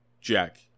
Jack